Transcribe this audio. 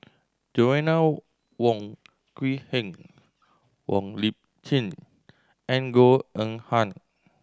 Joanna Wong Quee Heng Wong Lip Chin and Goh Eng Han